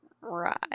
Right